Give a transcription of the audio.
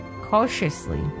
Cautiously